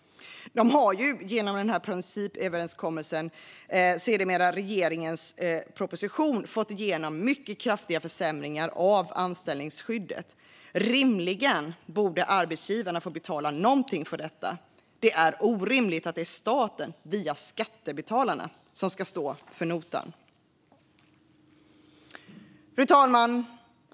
De har ju, genom principöverenskommelsen och sedermera regeringens proposition, fått igenom mycket kraftiga försämringar av anställningsskyddet. Rimligen borde arbetsgivarna få betala någonting för detta. Det är orimligt att det är staten, via skattebetalarna, som ska stå för notan. Fru talman!